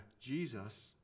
Jesus